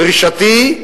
דרישתי,